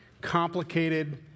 complicated